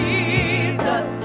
Jesus